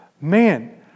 Man